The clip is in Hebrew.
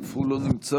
אף הוא לא נמצא.